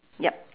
yup